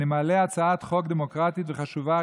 אני מעלה הצעת חוק דמוקרטית וחשובה,